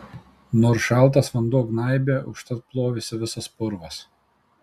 nors šaltas vanduo gnaibė užtat plovėsi visas purvas